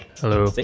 Hello